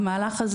שהמשמעות של זה